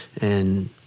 And-